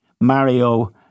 Mario